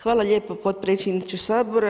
Hvala lijepo potpredsjedniče Sabora.